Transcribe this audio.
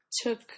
took